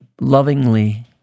lovingly